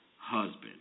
husband